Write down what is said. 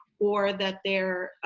or that they're,